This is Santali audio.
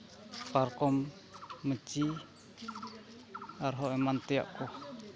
ᱯᱟᱨᱠᱚᱢ ᱢᱟᱹᱪᱤ ᱟᱨᱦᱚᱸ ᱮᱢᱟᱱ ᱛᱮᱭᱟᱜ ᱠᱚ